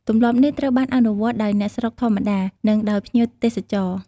ទម្លាប់នេះត្រូវបានអនុវត្តដោយអ្នកស្រុកធម្មតា និងដោយភ្ញៀវទេសចរ។